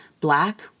black